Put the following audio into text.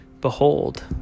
Behold